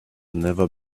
never